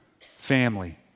family